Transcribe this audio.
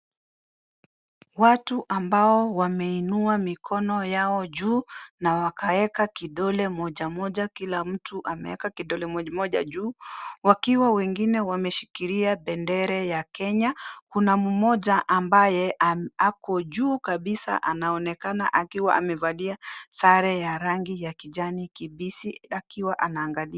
Watu ambao wameinua mikono yao juu, na wakaweka kidole moja moja kila mtu ameeka kidole moja juu, wakiwa wengine wameshikilia bendera ya Kenya, kuna mmoja ambaye ame ako juu kabisa anaonekana akiwa amevalia sare ya rangi ya kijani kimbichi akiwa anaangalia.